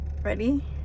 ready